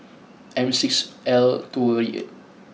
M six L two eight